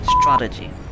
Strategy